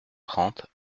trente